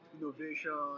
innovation